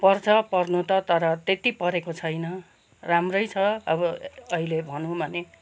पर्छ पर्नु त तर त्यति परेको छैन राम्रै छ अब अहिले भनौँ भने